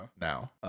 now